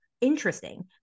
interesting